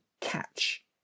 catch